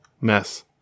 mess